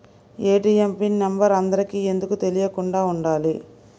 ATM PIN number అందరికి ఎందుకు తెలియకుండా ఉండాలి?